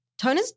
toners